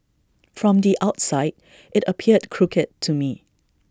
from the outside IT appeared crooked to me